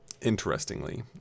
interestingly